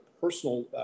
personal